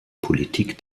politik